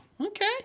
Okay